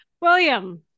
William